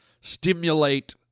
stimulate